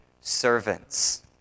servants